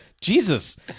Jesus